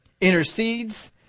intercedes